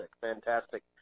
fantastic